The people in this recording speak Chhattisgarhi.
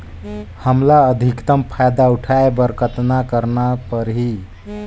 हमला अधिकतम फायदा उठाय बर कतना करना परही?